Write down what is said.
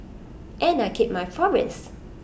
and I kept my promise